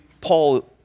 Paul